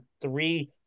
three